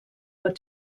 what